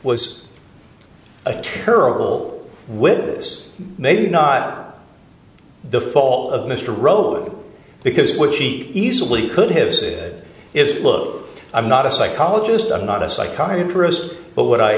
a terrible witness maybe not the fault of mr roach because what she easily could have said is look i'm not a psychologist i'm not a psychiatrist but what i